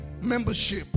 membership